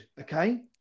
Okay